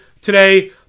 today